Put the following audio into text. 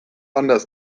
anders